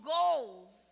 goals